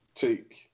take